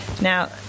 Now